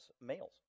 males